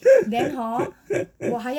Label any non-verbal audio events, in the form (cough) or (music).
(laughs)